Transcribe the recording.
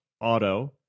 auto